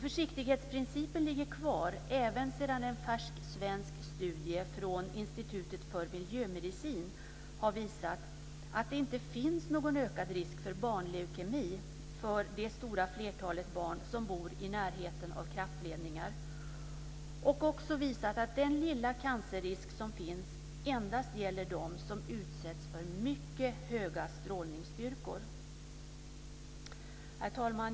Försiktighetsprincipen ligger kvar även sedan en färsk svensk studie från Institutet för miljömedicin har visat att det inte finns någon ökad risk för barnleukemi för det stora flertalet barn som bor i närheten av kraftledningar. Man har också visat att den lilla cancerrisk som finns endast gäller dem som utsätts för mycket höga strålningsstyrkor. Herr talman!